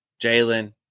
Jalen